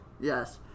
Yes